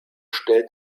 stellt